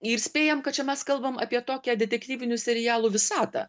ir spėjam kad čia mes kalbam apie tokią detektyvinių serialų visatą